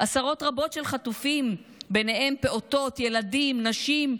עשרות רבות של חטופים ובהם פעוטות, ילדים, נשים,